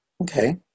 Okay